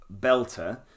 belter